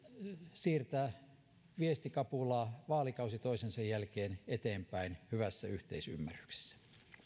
siirtää viestikapulaa vaalikausi toisensa jälkeen eteenpäin hyvässä yhteisymmärryksessä